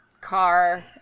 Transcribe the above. car